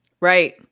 Right